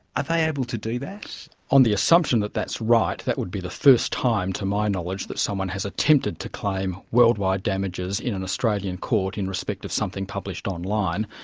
are they able to do that? on the assumption that that's right, that would be the first time to my knowledge that someone has attempted to claim world-wide damages in an australian court in respect of something published online.